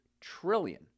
trillion